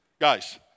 Guys